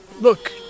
look